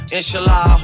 Inshallah